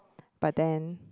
but then